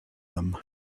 them